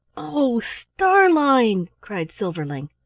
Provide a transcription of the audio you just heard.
oh, starlein! cried silverling.